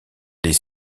les